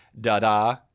da-da